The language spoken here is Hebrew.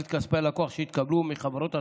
את כספי הלקוח שהתקבלו מחברות התעופה.